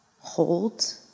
hold